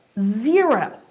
zero